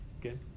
Good